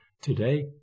Today